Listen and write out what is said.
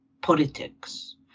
politics